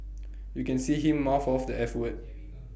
you can see him mouth off the eff word